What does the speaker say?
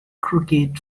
cricket